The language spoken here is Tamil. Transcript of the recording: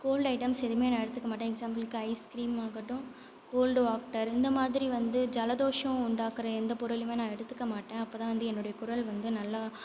கோல்ட் ஐட்டம்ஸ் எதுவுமே நான் எடுத்துக்க மாட்டேன் எக்ஷாம்பிள்க்கு ஐஸ் கிரீமாகட்டும் கோல்டு வாட்டர் இந்த மாதிரி வந்து ஜலதோஷம் உண்டாக்கிற எந்த பொருளையும் நான் எடுத்துக்க மாட்டேன் அப்போது தான் வந்து என்னோடய குரல் வந்து நல்லா